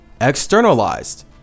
externalized